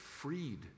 freed